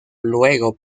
luego